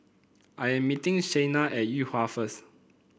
I'm meeting Shayna at Yuhua first